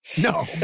No